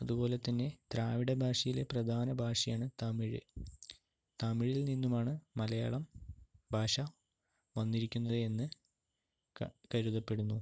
അതുപോലെ തന്നെ ദ്രാവിഡ ഭാഷയിലെ പ്രധാന ഭാഷയാണ് തമിഴ് തമിഴിൽ നിന്നുമാണ് മലയാളം ഭാഷ വന്നിരിക്കുന്നത് എന്ന് കരുതപ്പെടുന്നു